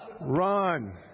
Run